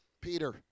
Peter